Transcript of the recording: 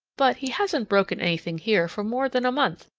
but he hasn't broken anything here for more than a month,